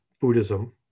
Buddhism